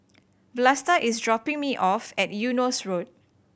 Vlasta is dropping me off at Eunos Road